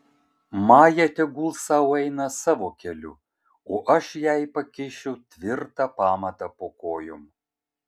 maja tegul sau eina savo keliu o aš jai pakišiu tvirtą pamatą po kojom